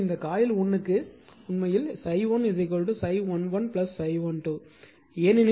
எனவே இந்த காயில் 1 க்கு உண்மையில் ∅1 ∅11 ∅12